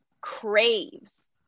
craves